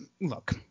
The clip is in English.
look